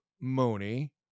Mooney